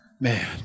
Man